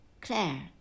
Claire